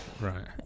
right